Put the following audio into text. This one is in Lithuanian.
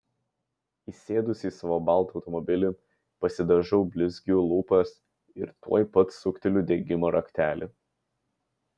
įsėdusi į savo baltą automobilį pasidažau blizgiu lūpas ir tuoj pat sukteliu degimo raktelį